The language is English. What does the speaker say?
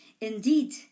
Indeed